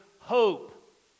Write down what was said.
hope